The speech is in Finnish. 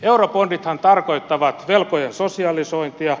eurobondithan tarkoittavat velkojen sosialisointia